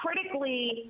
critically